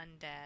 Undead